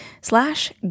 slash